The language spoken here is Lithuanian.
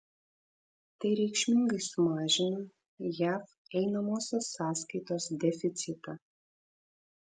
tai reikšmingai sumažina jav einamosios sąskaitos deficitą